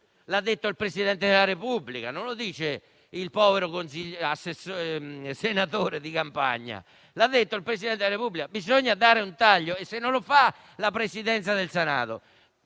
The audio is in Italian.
L'ha detto il Presidente della Repubblica. Non lo dice il povero senatore di campagna, ma l'ha detto il Presidente della Repubblica. Bisogna dare un taglio e, se non lo fa la Presidenza del Senato,